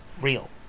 real